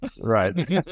Right